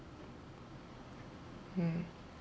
hmm